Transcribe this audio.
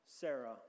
Sarah